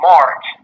March